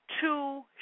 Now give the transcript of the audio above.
two